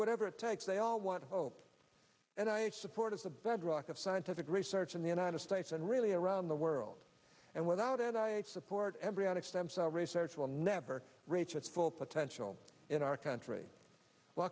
whatever it takes they all want hope and i support is the bedrock of scientific research in the united states and really around the world and without and i support embryonic stem cell research will never reach its full potential in our country w